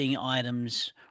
items